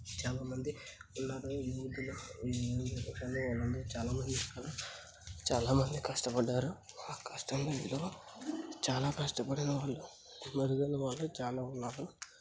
చాలా మంది ఉన్నారు ఈ ఊబిలో ఈ ఊబిలో చాలా మంది ఉన్నారు చాలా మంది కష్టపడ్డారు ఆ కష్టంలో వీళ్ళు చాలా కష్టపడిన అమరులైన వాళ్ళు చాలా ఉన్నారు